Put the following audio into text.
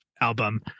album